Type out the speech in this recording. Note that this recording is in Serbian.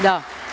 Da.